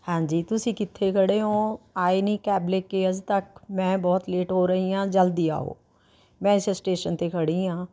ਹਾਂਜੀ ਤੁਸੀਂ ਕਿੱਥੇ ਖੜ੍ਹੇ ਹੋ ਆਏ ਨਹੀਂ ਕੈਬ ਲੈ ਕੇ ਅਜੇ ਤੱਕ ਮੈਂ ਬਹੁਤ ਲੇਟ ਹੋ ਰਹੀ ਹਾਂ ਜਲਦੀ ਆਉ ਮੈਂ ਇਸ ਸਟੇਸ਼ਨ 'ਤੇ ਖੜ੍ਹੀ ਹਾਂ